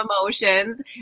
emotions